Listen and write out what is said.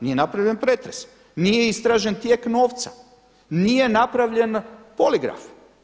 Nije napravljen pretres, nije istražen tijek novca, nije napravljen poligraf.